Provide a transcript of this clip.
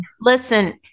Listen